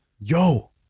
Yo